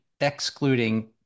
excluding